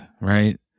Right